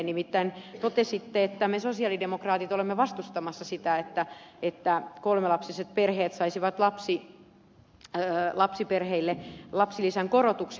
nimittäin totesitte että me sosialidemokraatit olemme vastustamassa sitä että kolmelapsiset perheet saisivat lapsilisän korotuksen